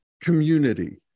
community